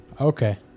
Okay